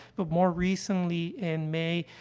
but more recently, in may,